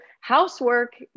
housework